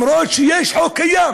יש חוק קיים